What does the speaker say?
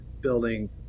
building